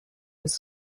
his